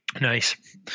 Nice